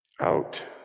Out